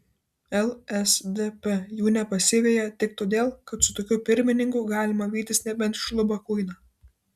lsdp jų nepasiveja tik todėl kad su tokiu pirmininku galima vytis nebent šlubą kuiną